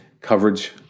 coverage